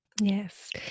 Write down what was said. Yes